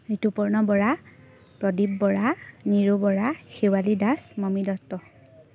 Rituparna Bora Pradip Bora Niru Bora Shewali Das Mami Dutta